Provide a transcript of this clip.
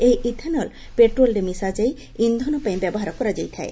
ଏହି ଇଥାନଲ୍ ପେଟ୍ରୋଲ୍ରେ ମିଶାଯାଇ ଇନ୍ଧନ ପାଇଁ ବ୍ୟବହାର କରାଯାଇଥାଏ